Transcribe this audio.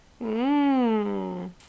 Mmm